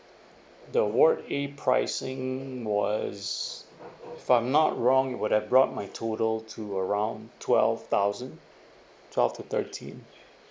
the ward A pricing was if I'm not wrong it would have brought my total to around twelve thousand twelve to thirteen